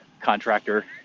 contractor